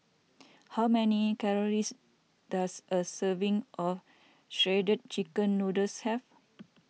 how many calories does a serving of Shredded Chicken Noodles have